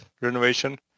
renovation